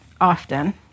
often